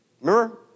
Remember